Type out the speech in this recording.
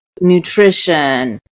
nutrition